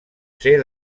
ser